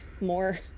more